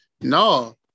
No